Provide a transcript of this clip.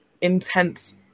intense